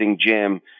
gym